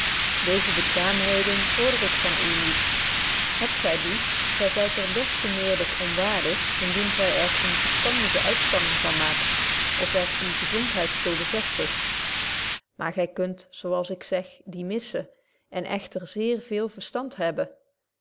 deeze bekwaamheden vorder ik van u niet hebt gy die gy zyt er des te meerder om waardig indien gy er eene verstandige uitspanning van maakt of er uwe gezondheid door bevestigt maar gy kunt zo als ik zeg die missen en echter zeer veel verstand hebben